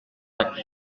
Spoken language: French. jacques